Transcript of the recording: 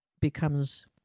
becomes